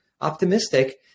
optimistic